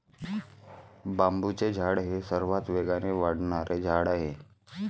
बांबूचे झाड हे सर्वात वेगाने वाढणारे झाड आहे